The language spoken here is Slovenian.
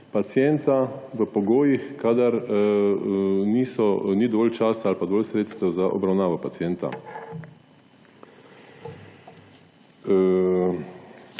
pacienta v pogojih kadar ni dovolj časa ali dovolj sredstev za obravnavo pacienta.